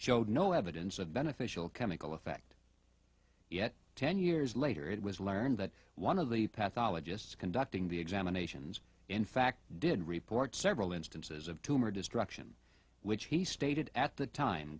showed no evidence of beneficial chemical effect yet ten years later it was learned that one of the path ologists conducting the examinations in fact did report several instances of tumor destruction which he stated at the time